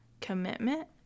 commitment